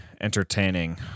entertaining